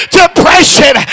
depression